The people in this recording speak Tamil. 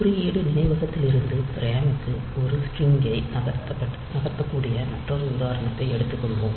குறியீடு நினைவகத்திலிருந்து ரேமுக்கு ஒரு ஸ்டிரிங் ஐ நகர்த்தக்கூடிய மற்றொரு உதாரணத்தை எடுத்துக்கொள்வோம்